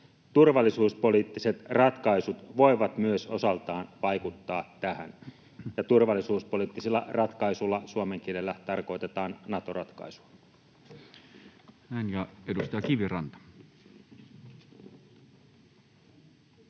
Turvallisuuspoliittiset ratkaisut voivat myös osaltaan vaikuttaa tähän.” Ja turvallisuuspoliittisilla ratkaisuilla suomen kielellä tarkoitetaan Nato-ratkaisua.